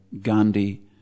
Gandhi